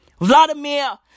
Vladimir